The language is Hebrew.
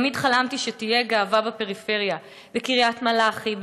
תמיד חלמתי שתהיה גאווה בפריפריה: בקריית-מלאכי,